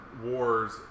Wars